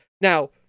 Now